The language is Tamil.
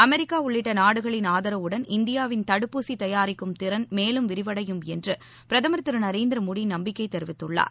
அமெரிக்கா உள்ளிட்ட நாடுகளின் ஆதரவுடன் இந்தியாவின் தடுப்பூசி தயாரிப்பு திறன் மேலும் விரிவடையும் என்று பிரதமர் திரு நரேந்திர மோடி நம்பிக்கை தெரிவித்துள்ளார்